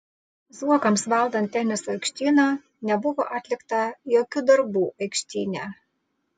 zuokams valdant teniso aikštyną nebuvo atlikta jokių darbų aikštyne